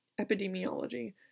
epidemiology